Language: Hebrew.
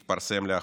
זה התפרסם לאחרונה,